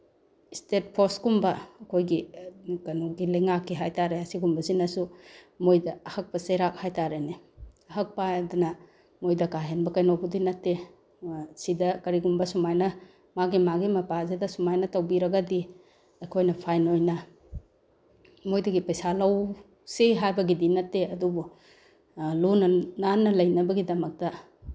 state ꯐꯣꯔꯁꯀꯨꯝꯕ ꯑꯩꯈꯣꯏꯒꯤ ꯀꯩꯅꯣꯒꯤ ꯂꯩꯉꯥꯛꯀꯤ ꯍꯥꯏ ꯇꯥꯔꯦ ꯑꯁꯤꯒꯨꯝꯕꯁꯤꯅꯁꯨ ꯃꯣꯏꯗ ꯑꯍꯛꯄ ꯆꯩꯔꯥꯛ ꯍꯥꯏ ꯇꯥꯔꯦꯅꯦ ꯑꯍꯛꯄ ꯍꯥꯏꯗꯅ ꯃꯣꯏꯗ ꯀꯥ ꯍꯦꯟꯕ ꯀꯩꯅꯣꯕꯨꯗꯤ ꯅꯠꯇꯦ ꯁꯤꯗ ꯀꯔꯤꯒꯨꯝꯕ ꯁꯨꯃꯥꯏꯅ ꯃꯥꯒꯤ ꯃꯥꯒꯤ ꯃꯄꯥꯁꯤꯗ ꯁꯨꯃꯥꯏꯅ ꯇꯧꯕꯤꯔꯒꯗꯤ ꯑꯩꯈꯣꯏꯅ ꯐꯥꯏꯟ ꯑꯣꯏꯅ ꯃꯣꯏꯗꯒꯤ ꯄꯩꯁꯥ ꯂꯧꯁꯤ ꯍꯥꯏꯕꯒꯤꯗꯤ ꯅꯠꯇꯦ ꯑꯗꯨꯕꯨ ꯂꯨꯅ ꯅꯥꯟꯅ ꯂꯩꯅꯕꯒꯤꯗꯃꯛꯇ